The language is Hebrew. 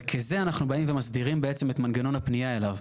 וכזה אנחנו באים ומסדירים בעצם את מנגנון הפנייה אליו.